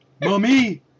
Mommy